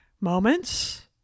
moments